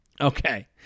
Okay